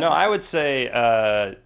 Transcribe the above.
know i would say